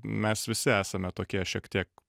mes visi esame tokie šiek tiek